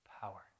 power